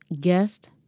guest